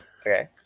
Okay